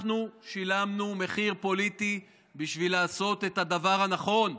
אנחנו שילמנו מחיר פוליטי בשביל לעשות את הדבר הנכון,